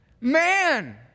man